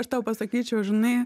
aš tau pasakyčiau žinai